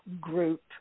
group